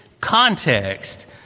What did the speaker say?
context